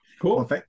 Cool